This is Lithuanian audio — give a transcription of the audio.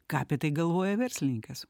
ką apie tai galvoja verslininkas